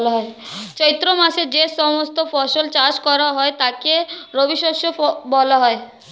চৈত্র মাসে যে সমস্ত ফসল চাষ করা হয় তাকে রবিশস্য বলা হয়